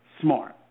smart